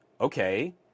Okay